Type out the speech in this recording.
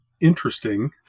interesting